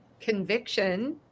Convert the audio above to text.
conviction